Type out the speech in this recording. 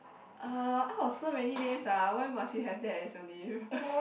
uh out of so many names ah why must you have that as your name